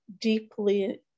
deeply